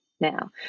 now